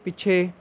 ਪਿੱਛੇ